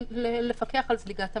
לפקח על זליגת המידע.